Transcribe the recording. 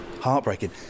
Heartbreaking